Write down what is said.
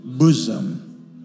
bosom